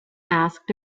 asked